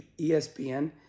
ESPN